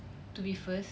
to be first